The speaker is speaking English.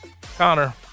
Connor